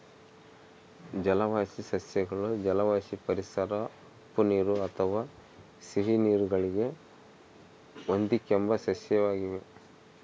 ಜಲವಾಸಿ ಸಸ್ಯಗಳು ಜಲವಾಸಿ ಪರಿಸರ ಉಪ್ಪುನೀರು ಅಥವಾ ಸಿಹಿನೀರು ಗಳಿಗೆ ಹೊಂದಿಕೆಂಬ ಸಸ್ಯವಾಗಿವೆ